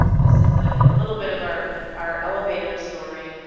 this is a little bit of our our elevator story,